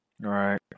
Right